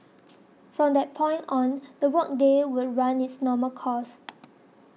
from that point on the work day would run its normal course